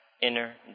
inner